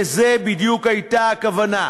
לזה בדיוק הייתה הכוונה.